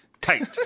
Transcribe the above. tight